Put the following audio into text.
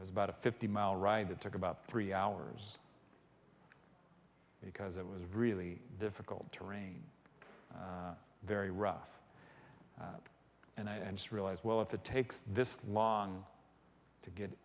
it was about a fifty mile ride that took about three hours because it was really difficult terrain very rough and i just realized well if it takes this long to get